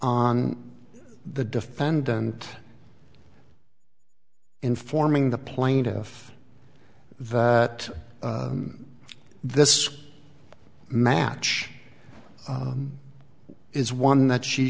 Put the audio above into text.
on the defendant informing the plaintiff that this match is one that she